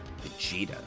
Vegeta